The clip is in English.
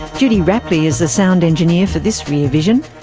judy rapley is the sound engineer for this rear vision.